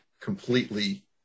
completely